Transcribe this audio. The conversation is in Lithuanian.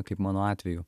kaip mano atveju